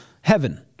heaven